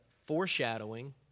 foreshadowing